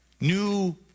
New